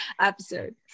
episode